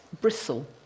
bristle